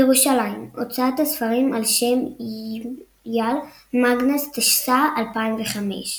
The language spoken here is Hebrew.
ירושלים הוצאת הספרים ע"ש י"ל מאגנס, תשס"ה, 2005.